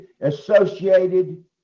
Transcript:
associated